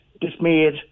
dismayed